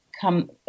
come